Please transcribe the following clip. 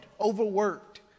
overworked